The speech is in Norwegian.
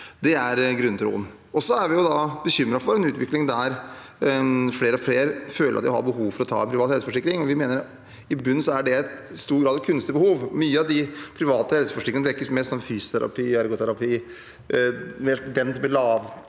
Det er grunntroen. Vi er bekymret for en utvikling der flere og flere føler de har behov for en privat helseforsikring. Vi mener at det i bunn i stor grad er et kunstig behov. Mye av de private helseforsikringene dekker mest fysioterapi, ergoterapi